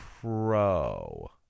pro